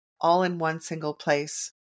all-in-one-single-place